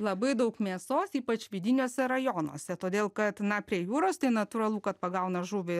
labai daug mėsos ypač vidiniuose rajonuose todėl kad na prie jūros tai natūralu kad pagauna žuvį